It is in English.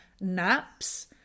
naps